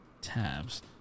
tabs